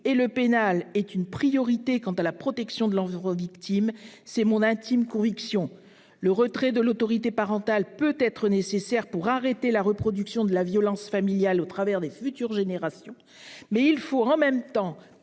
et le pénal est une priorité pour la protection de l'enfant victime. C'est mon intime conviction. Le retrait de l'autorité parentale peut être nécessaire pour arrêter la reproduction de la violence familiale au sein des générations suivantes, mais il faut, en même temps,